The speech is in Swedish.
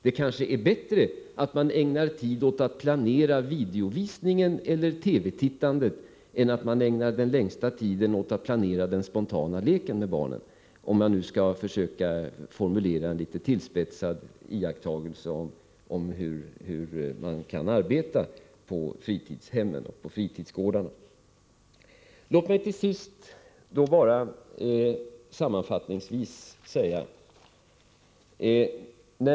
Det kanske är bättre att man ägnar tid åt att planera videovisningen eller TV-tittandet än att man ägnar den längsta tiden åt att planera barnens spontana lek — om jag nu skall försöka formulera en litet tillspetsad iakttagelse hur man kan arbeta på fritidshem och fritidsgårdar. Låt mig sammanfattningsvis säga följande.